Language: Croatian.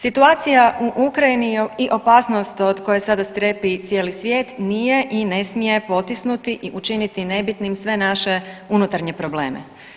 Situacija u Ukrajini i opasnost od koje sada strepi cijeli svijet nije i ne smije potisnuti i učiniti nebitnim sve naše unutarnje probleme.